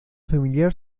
familiar